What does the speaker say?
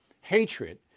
hatred